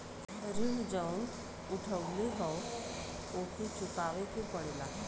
ऋण जउन उठउले हौ ओके चुकाए के पड़ेला